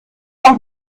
auch